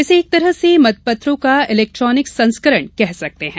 इसे एक तरह से मतपत्रों का इलेक्ट्रानिक संस्करण कह सकते हैं